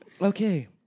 Okay